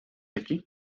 aquí